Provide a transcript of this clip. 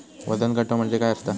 वजन काटो म्हणजे काय असता?